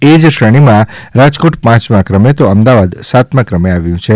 એ જ શ્રેણીમાં રાજકોટ પાંચમા ક્રમે તો અમદાવાદ સાતમા ક્રમે આવ્યું છે